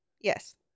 Yes